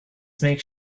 makes